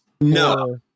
No